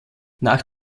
nach